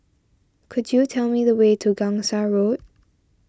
could you tell me the way to Gangsa Road